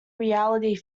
reality